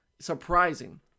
Surprising